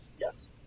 Yes